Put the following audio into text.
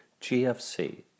GFC